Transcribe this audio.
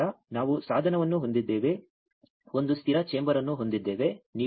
ಆದ್ದರಿಂದ ನಾವು ಸಾಧನವನ್ನು ಹೊಂದಿದ್ದೇವೆ ಒಂದು ಸ್ಥಿರ ಚೇಂಬರ್ ಅನ್ನು ಹೊಂದಿದ್ದೇವೆ